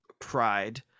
pride